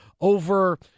over